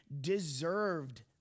deserved